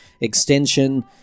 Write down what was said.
Extension